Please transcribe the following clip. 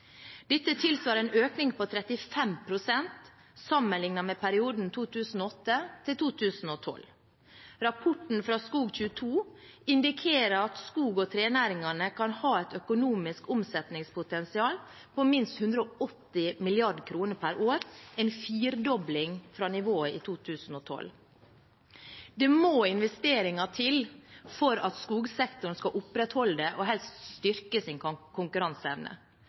Dette tilsvarer en økning på 35 pst. sammenlignet med perioden 2008–2012. Rapporten fra Skog22 indikerer at skog- og trenæringene kan ha et økonomisk omsetningspotensial på minst 180 mrd. kr per år, en firedobling fra nivået i 2012. Det må investeringer til for at skogsektoren skal opprettholde og helst styrke sin konkurranseevne. Kan